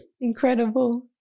Incredible